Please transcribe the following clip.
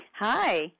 Hi